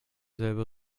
selbe